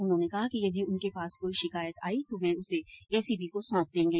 उन्होंने कहा यदि उनके पास कोई शिकायत आई तो वे उसे एसीबी को सौंप देंगे